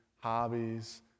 hobbies